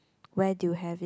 where did you have it